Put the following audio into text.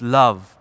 love